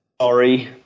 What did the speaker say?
Sorry